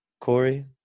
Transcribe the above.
Corey